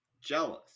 jealous